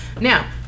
now